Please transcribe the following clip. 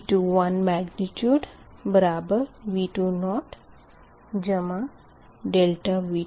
V2 magnitude बराबर V2 जमा ∆V2